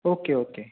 okay okay